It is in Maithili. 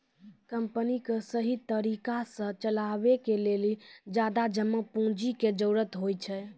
कमपनी क सहि तरिका सह चलावे के लेलो ज्यादा जमा पुन्जी के जरुरत होइ छै